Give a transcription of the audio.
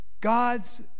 god's